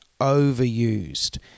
overused